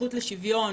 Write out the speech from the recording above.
הזכות לשוויון,